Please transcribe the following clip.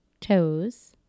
toes